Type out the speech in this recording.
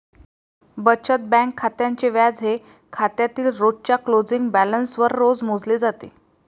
बचत बँक खात्याचे व्याज हे खात्यातील रोजच्या क्लोजिंग बॅलन्सवर रोज मोजले जाते